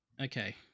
Okay